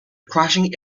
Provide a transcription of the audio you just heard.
crashing